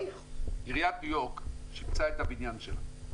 עיריית ניו יורק שיפצה את הבניין שלה.